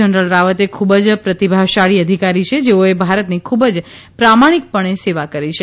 general Rawat એ ખૂબ જ પ્રતિભાશાળી અધિકારી છે જેઓએ ભારતની ખૂબ જ પ્રામાણિકપણે સેવા કરી છે